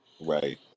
Right